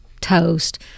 toast